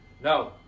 no